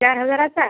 चार हजाराचा